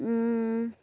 ହଁ